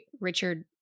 Richard